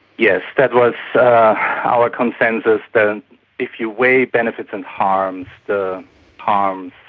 yes, that was our consensus, that if you weigh benefits and harms, the harms,